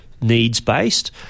needs-based